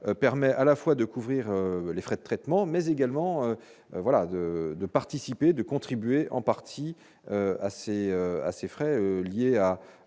permet à la fois de couvrir les frais de traitements mais également voilà de de participer, de contribuer en partie assez, assez frais, liés à